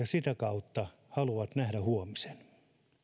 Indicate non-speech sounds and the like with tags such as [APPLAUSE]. [UNINTELLIGIBLE] sitä kautta haluavat nähdä huomisen